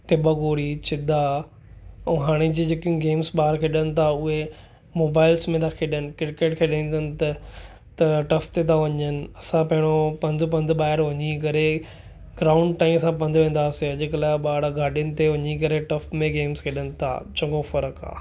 टिब घोरी चिदा ऐं हाणे जी जेकियूं गेम्स ॿार खेॾनि था उहे मोबाइल्स में था खेॾनि क्रिकेट खेॾंदनि त त टफ ते था वञनि असां पहिरियों पंधु पंधु ॿाहिरि वञी करे क्राउन टाईंअ सां पंधु वेंदा हुआसीं अॼुकल्ह जा ॿार गाॾीयुनि ते वञी करे टफ में गेम्स खेॾनि था चङो फ़र्क़ु आहे